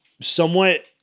somewhat